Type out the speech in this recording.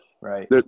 right